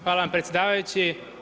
Hvala vam predsjedavajući.